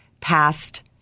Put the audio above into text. passed